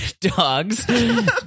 dogs